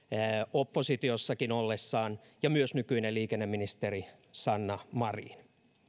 oppositiossakin ollessaan ja myös nykyinen liikenneministeri sanna marin